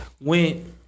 went